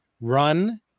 run